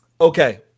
Okay